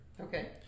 Okay